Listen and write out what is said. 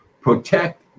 Protect